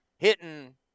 Hitting –